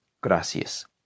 Gracias